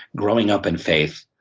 growing up in faith,